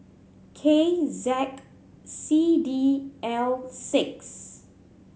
K Z C D L six